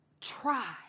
try